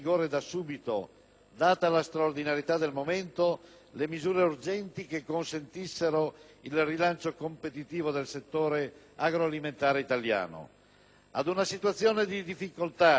data la straordinarietà del momento, misure urgenti che consentissero il rilancio competitivo del settore agroalimentare italiano. Di fronte ad una situazione di difficoltà straordinaria